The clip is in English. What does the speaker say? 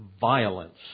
violence